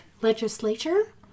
legislature